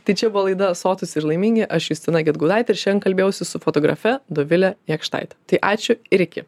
tai čia buvo laida sotūs ir laimingi aš justina gedgaudaitė ir šiandien kalbėjausi su fotografe dovile jakštaite tai ačiū ir iki